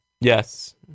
Yes